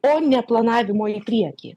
o ne planavimo į priekį